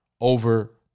over